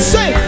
Say